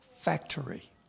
factory